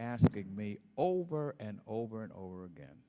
asking me over and over and over again